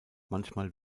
manchmal